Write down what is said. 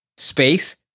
Space